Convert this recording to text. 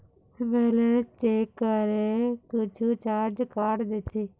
Balance check करें कुछू charge काट देथे?